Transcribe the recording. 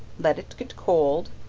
let it get cold,